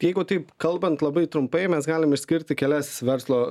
jeigu taip kalbant labai trumpai mes galim išskirti kelias verslo